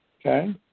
Okay